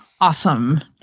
awesome